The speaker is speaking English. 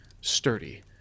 Sturdy